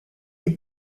est